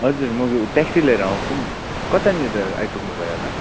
हजुर म ट्याक्सी लिएर आउँछु नि कतानिर आइपुग्नु भयो होला